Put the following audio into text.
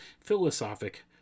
philosophic